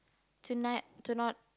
to not to not